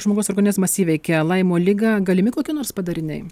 žmogaus organizmas įveikia laimo ligą galimi kokie nors padariniai